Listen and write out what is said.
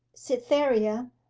cytherea,